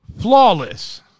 Flawless